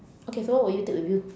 okay so what will you take with you